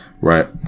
right